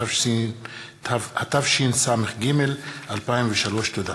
התשס"ג 2003. תודה.